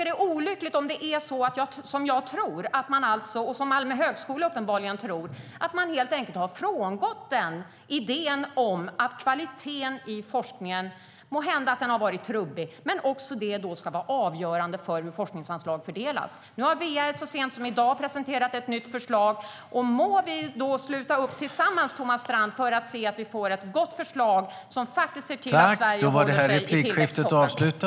Det är olyckligt ifall det är som jag tror, och uppenbarligen även Malmö högskola, att ni helt enkelt har frångått idén om att kvaliteten på forskningen - måhända att idén har varit trubbig - ska vara avgörande för hur forskningsanslag fördelas.